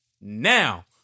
Now